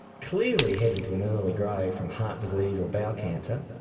clearly heading to an early grave from heart disease or bowel cancer,